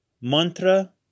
Mantra